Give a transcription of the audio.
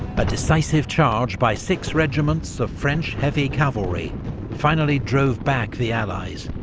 but decisive charge by six regiments of french heavy cavalry finally drove back the allies,